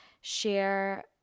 share